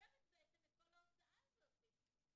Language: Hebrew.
שמייתרת בעצם את כל ההוצאה הזו.